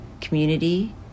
community